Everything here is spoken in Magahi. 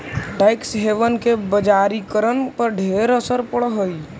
टैक्स हेवन के बजारिकरण पर ढेर असर पड़ हई